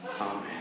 Amen